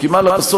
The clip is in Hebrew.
מה לעשות?